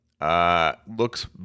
Looks